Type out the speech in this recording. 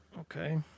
Okay